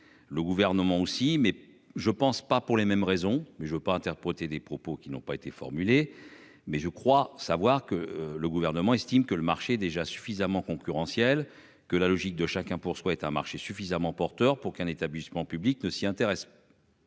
Le gouvernement aussi, mais je pense pas pour les mêmes raisons, mais je ne veux pas interpréter des propos qui n'ont pas été formulée. Mais je crois savoir que le gouvernement estime que le marché déjà suffisamment concurrentiel que la logique de chacun pour soi est un marché suffisamment porteur pour qu'un établissement public ne s'y intéresse.